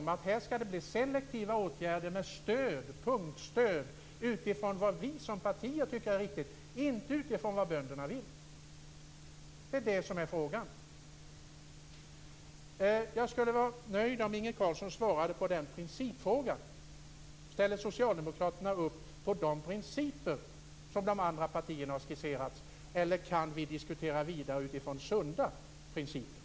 Tycker ni också att det skall bli selektiva åtgärder med stöd, punktstöd, utifrån vad vi som partier tycker är viktigt, inte utifrån vad bönderna vill? Det är det som är frågan. Jag skulle vara nöjd om Inge Carlsson svarade på denna principfråga: Ställer Socialdemokraterna upp på de principer som de andra partierna har skisserat eller kan vi diskutera vidare utifrån sunda principer?